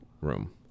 room